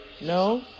No